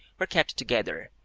were kept together,